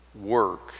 work